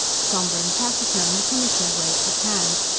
sombre and taciturn, the commissioner waved his hand.